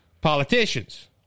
politicians